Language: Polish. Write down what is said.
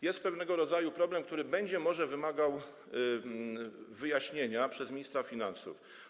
Jest pewnego rodzaju problem, który będzie może wymagał wyjaśnienia przez ministra finansów.